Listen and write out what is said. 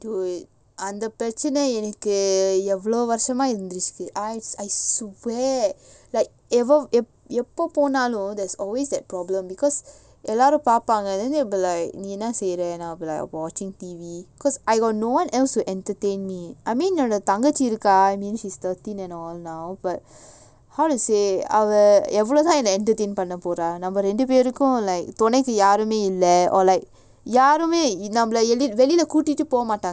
like there's always that problem because I will be like watching T_V because I got no one else to entertain me I mean he is thirteen and all now but how to say entertain பண்ணபோறநம்மரெண்டுபேருக்கும்துனைக்குயாருமேஇல்லயாருமேவெளியகூடிட்டேபோகமாட்டா:panna pora namma rendu perukum thunaiku yarume illa yarume veliya koodite poga maata